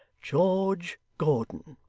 george gordon